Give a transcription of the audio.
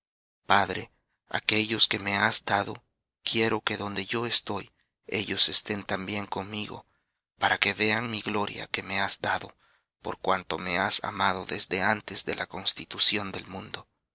padre aquellos que me has dado quiero que donde yo estoy ellos estén también conmigo para que vean mi gloria que me has dado por cuanto me has amado desde antes de la constitución del mundo